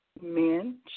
men